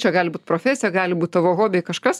čia gali būt profesija gali būt tavo hobiai kažkas